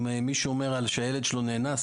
אם מישהו אומר שהילד שלו נאנס,